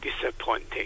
disappointing